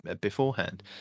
beforehand